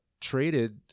traded